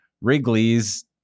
Wrigley's